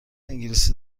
انگلیسی